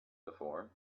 before